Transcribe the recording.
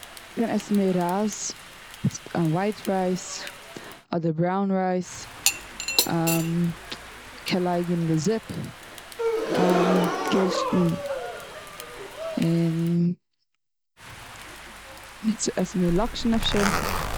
מ'קען עסן מער רייז ווייט רייז אדער בראון רייז קען לייגן און די זופ גערשטן און עסן מער לאקשן אפשר